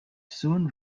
soon